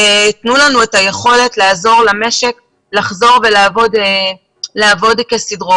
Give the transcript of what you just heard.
תנו לנו את היכולת לעזור למשק לחזור ולעבוד כסדרו.